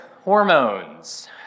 hormones